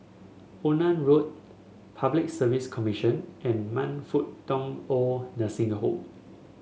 Onan Road Public Service Commission and Man Fut Tong Old Nursing Home